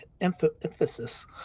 emphasis